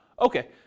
okay